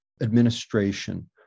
administration